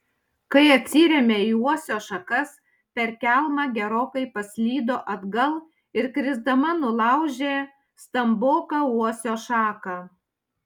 kai atsirėmė į uosio šakas per kelmą gerokai paslydo atgal ir krisdama nulaužė stamboką uosio šaką